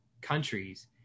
countries